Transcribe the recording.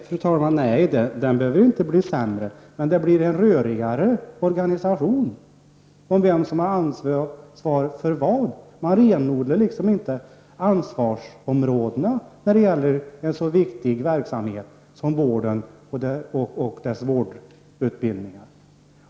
Fru talman! Den behöver inte bli sämre, men det blir en rörigare organisation och svårare att se vem som har ansvar för vad. Man renodlar inte ansvarsområdena när det gäller en så viktig verksamhet som vården och vårdutbildningar.